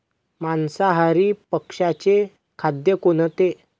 मांसाहारी पक्ष्याचे खाद्य कोणते?